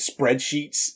spreadsheets